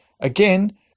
again